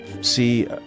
see